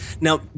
Now